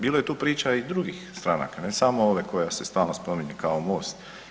Bilo je tu priča i drugih stranaka ne samo ove koja se stalno spominje kao MOST.